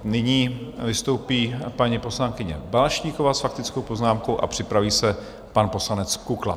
Nyní vystoupí paní poslankyně Balaštíková s faktickou poznámkou a připraví se pan poslanec Kukla.